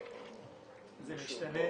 זה משתנה